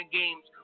games